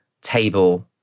table